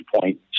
point